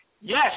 yes